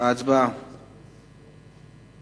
ההצעה להעביר את